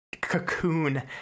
cocoon